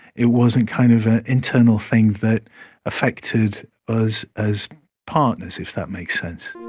it wasn't kind of an internal thing that affected us as partners, if that makes sense.